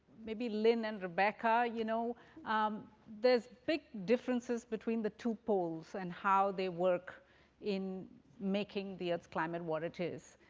maybe lynne and rebecca, you know um there's big differences between the two poles and how they work in making the earth's climate what it is.